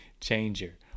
changer